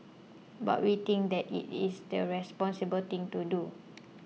but we think that it is the responsible thing to do